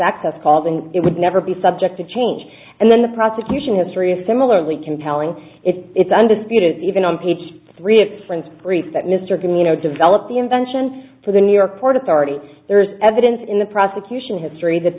access calls and it would never be subject to change and then the prosecution of three of similarly compelling it's undisputed even on page three if friends brief that mr king you know develop the invention for the new york port authority there is evidence in the prosecution history that